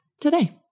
today